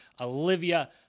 Olivia